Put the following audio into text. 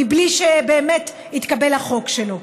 מבלי שבאמת התקבל החוק שלו.